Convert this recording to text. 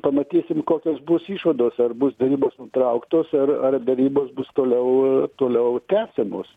pamatysim kokios bus išvados ar bus derybos nutrauktos ar ar derybos bus toliau toliau tęsiamos